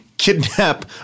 kidnap